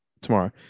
tomorrow